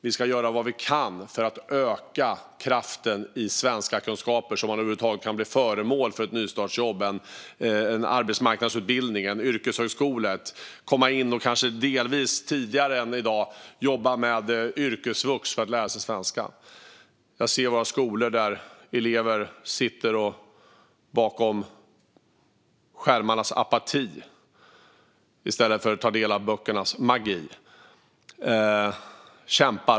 Vi ska göra vad vi kan för att öka kraften i kunskaperna i svenska så att människor över huvud taget kan bli föremål för ett nystartsjobb, en arbetsmarknadsutbildning eller en yrkeshögskola och komma in och kanske delvis tidigare än i dag få gå på yrkesvux för att lära sig svenska. Jag ser i våra skolor att elever sitter och kämpar bakom skärmarnas apati i stället för att ta del av böckernas magi.